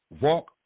Walk